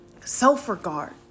self-regard